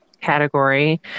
category